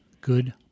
Good